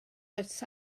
oes